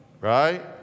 Right